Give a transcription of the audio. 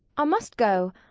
i must go.